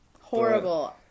Horrible